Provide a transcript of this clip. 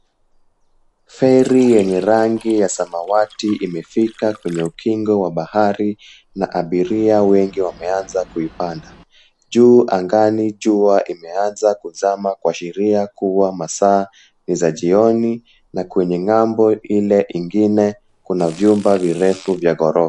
Feri yenye rangi ya samawati imefika kwenye ukingo wa bahari na abiria wengi wameanza kuipanda. Juu angani jua imeanza kuzama kuashiria kuwa masaa ni za jioni, na kwenye ng'ambo Ile ingine kuna vyumba virefu vya ghorofa.